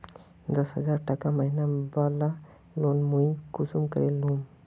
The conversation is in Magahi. दस हजार टका महीना बला लोन मुई कुंसम करे लूम?